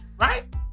Right